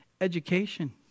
education